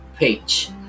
page